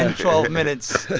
and twelve minutes,